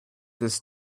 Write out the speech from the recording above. this